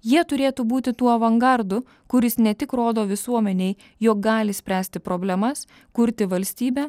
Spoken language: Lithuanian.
jie turėtų būti tuo avangardu kuris ne tik rodo visuomenei jog gali spręsti problemas kurti valstybę